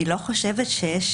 אני לא חושבת שיש